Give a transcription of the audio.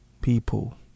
people